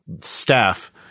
staff